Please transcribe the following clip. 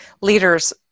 leaders